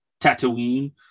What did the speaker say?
Tatooine